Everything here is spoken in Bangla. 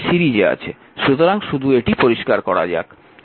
সুতরাং শুধু এটি পরিষ্কার করা যাক